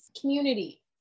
community